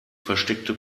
versteckte